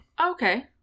Okay